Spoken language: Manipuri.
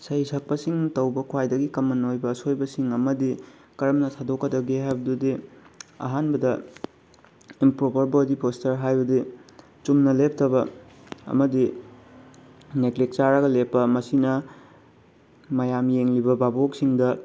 ꯏꯁꯩ ꯁꯛꯄꯁꯤꯡꯅ ꯇꯧꯕ ꯈ꯭ꯋꯥꯏꯗꯒꯤ ꯀꯃꯟ ꯑꯣꯏꯕ ꯑꯁꯣꯏꯕꯁꯤꯡ ꯑꯃꯗꯤ ꯀꯔꯝꯅ ꯊꯥꯗꯣꯛꯀꯗꯒꯦ ꯍꯥꯏꯕꯗꯨꯗꯤ ꯑꯍꯥꯟꯕꯗ ꯏꯝꯄ꯭ꯔꯣꯄꯔ ꯕꯣꯗꯤ ꯄꯣꯁꯆꯔ ꯍꯥꯏꯕꯗꯤ ꯆꯨꯝꯅ ꯂꯦꯞꯇꯕ ꯑꯃꯗꯤ ꯅꯦꯒ꯭ꯂꯦꯛ ꯆꯥꯔꯒ ꯂꯦꯞꯄ ꯃꯁꯤꯅ ꯃꯌꯥꯝ ꯌꯦꯡꯂꯤꯕ ꯕꯥꯕꯣꯛꯁꯤꯡꯗ